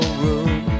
room